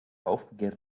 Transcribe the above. aufbegehrt